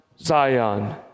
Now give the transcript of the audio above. Zion